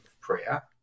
prayer